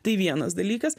tai vienas dalykas